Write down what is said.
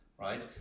right